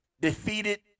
defeated